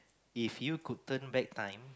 if you could turn back time